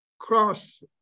cross